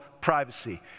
privacy